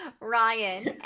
ryan